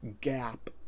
gap